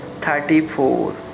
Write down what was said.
thirty-four